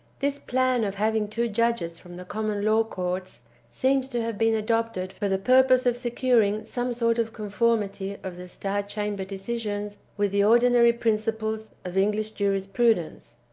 this plan of having two judges from the common law courts seems to have been adopted for the purpose of securing some sort of conformity of the star chamber decisions with the ordinary principles of english jurisprudence.